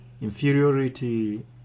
inferiority